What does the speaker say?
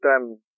time